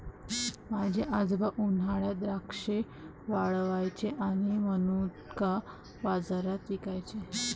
माझे आजोबा उन्हात द्राक्षे वाळवायचे आणि मनुका बाजारात विकायचे